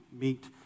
meet